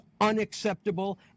unacceptable